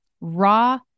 raw